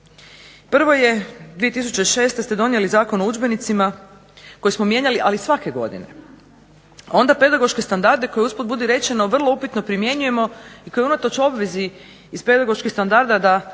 Prvo je 2006. ste donijeli Zakon o udžbenicima koji smo mijenjali ali svake godine, a onda pedagoške standarde koje usput budi rečeno vrlo upitno primjenjujemo i koje unatoč obvezi iz pedagoških standarda da jednom